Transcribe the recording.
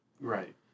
Right